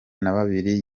nababiri